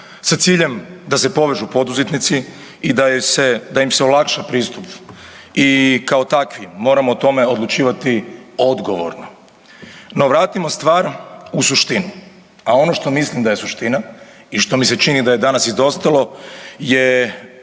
sa ciljem da se povežu poduzetnici i da im se olakša pristup i kao takvi moramo o tome odlučivati odgovorno. No vratimo stvar u suštinu, a ono što mislim da je suština i što mi se čini da je danas izostalo je